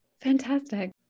Fantastic